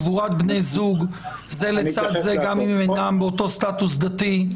קבורת בני זוג זה לצד זה גם אם אינם באותו סטטוס דתי,